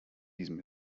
diesem